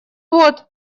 вот